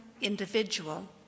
individual